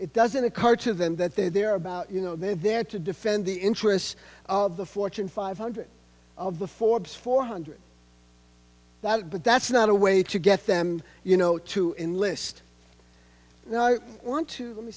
it doesn't occur to them that they're there about you know they're there to defend the interests of the fortune five hundred of the forbes four hundred that but that's not a way to get them you know to enlist you know i want to let me